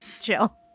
chill